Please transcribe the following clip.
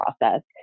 process